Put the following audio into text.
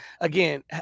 again